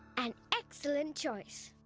an excellent choice.